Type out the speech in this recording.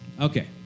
Okay